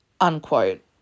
unquote